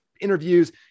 interviews